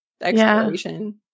exploration